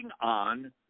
on